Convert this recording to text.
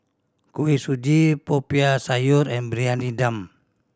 Kuih Suji Popiah Sayur and Briyani Dum